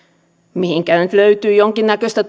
mihinkä nyt löytyy jonkinnäköistä